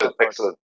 excellent